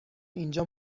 اینجا